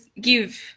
give